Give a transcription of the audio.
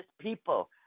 people